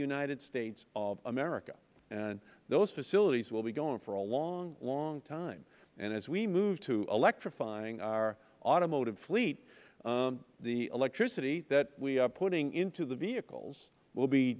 united states of america those facilities will be going for a long long time and as we move to electrifying our automotive fleet the electricity that we are putting into the vehicles will be